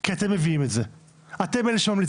כי אתם מביאים את התוכניות האלה,